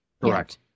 Correct